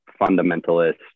fundamentalist